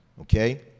Okay